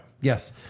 Yes